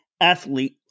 athlete